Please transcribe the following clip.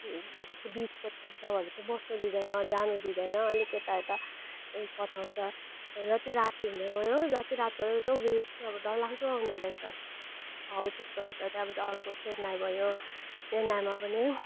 बिचको छेउछाउहरू चाहिँ बस्नुदिँदैन जानुदिँदैन अलिक यता यता पठाउँछ जति राति हुँदै गयो जति रात पर्यो त्यो वेभ चाहिँ अब डर लाग्दो आउँदो रहेछ हौ त्यस्तो हुन्छ त्यहाँबाट अर्को चेन्नई भयो चेन्नईमा पनि